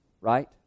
right